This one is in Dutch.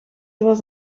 was